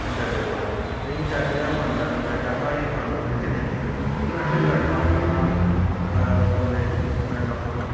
जजै कोला लेकिन जज जेह्ड़ा मनदा निं जज आखदा एह् कानून बिच नेईं ऐ लेकिन असें लड़ना पौना लड़ना पौना